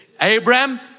Abraham